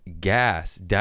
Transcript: gas